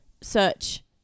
search